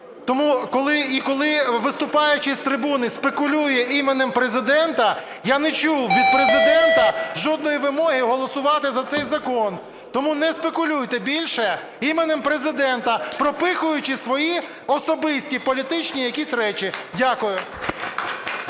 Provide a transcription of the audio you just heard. І коли виступаючий з трибуни спекулює іменем Президента, я не чув від Президента жодної вимоги голосувати за цей закон. Тому не спекулюйте більше іменем Президента, пропихуючи свої особисті політичні якісь речі. Дякую.